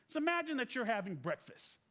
so imagine that you're having breakfast.